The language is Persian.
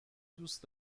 دوست